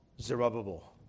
Zerubbabel